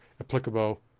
applicable